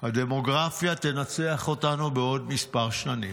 הדמוגרפיה תנצח אותנו בעוד כמה שנים.